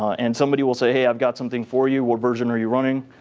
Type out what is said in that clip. and somebody will say, hey, i've got something for you, what version are you running?